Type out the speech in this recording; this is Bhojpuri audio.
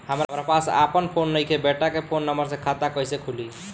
हमरा पास आपन फोन नईखे बेटा के फोन नंबर से खाता कइसे खुली?